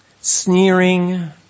sneering